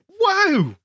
Wow